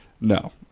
no